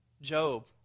Job